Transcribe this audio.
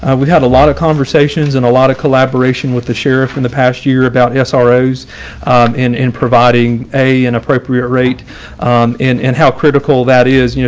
and we've had a lot of conversations and a lot of collaboration with the sheriff in the past year about yeah sorrows in in providing a an appropriate rate and how critical that is, you know